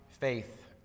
faith